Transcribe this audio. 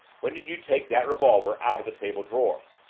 when did you take that revolver out of the table drawer?